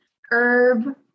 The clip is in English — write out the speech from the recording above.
herb